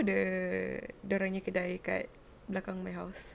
the dorangnya kedai kat belakang my house